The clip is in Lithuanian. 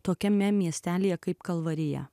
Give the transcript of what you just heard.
tokiame miestelyje kaip kalvarija